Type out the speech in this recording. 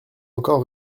encore